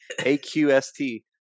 AQST